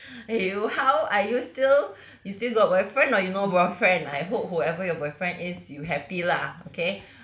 eh you how are you still you still got boyfriend or you no boyfriend I hope whoever your boyfriend is you happy lah okay